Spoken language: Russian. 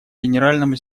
генеральному